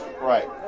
Right